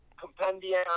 compendium